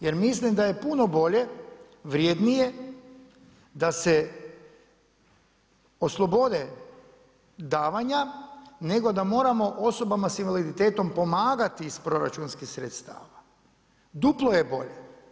Jer mislim da je puno bolje, vrijednije da se oslobode davanja nego da moramo osobama s invaliditetom pomagati iz proračunskih sredstava, duplo je bolje.